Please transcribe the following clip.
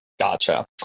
Gotcha